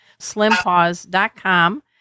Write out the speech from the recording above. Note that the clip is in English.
slimpaws.com